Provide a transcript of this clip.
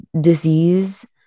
disease